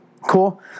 cool